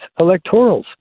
electorals